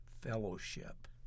Fellowship